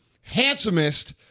handsomest